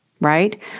right